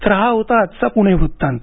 तर हा होता आजचा पुणे वृत्तांत